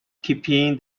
keeping